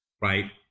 right